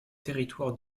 territoire